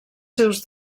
seus